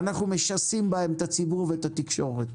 ואנחנו משסים בהן את הציבור ואת התקשורת.